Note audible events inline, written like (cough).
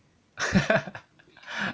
(laughs)